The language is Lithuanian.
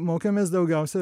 mokėmės daugiausia